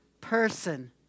person